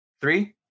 Three